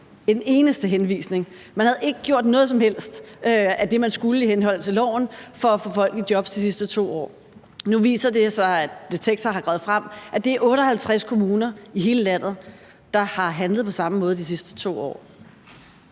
Man havde de sidste 2 år ikke gjort noget som helst af det, man skulle i henhold til loven for at få folk i job. Nu viser det sig – det har »Detektor« gravet frem – at 58 kommuner i hele landet har handlet på samme måde de sidste 2 år.